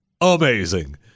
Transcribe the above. Amazing